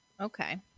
okay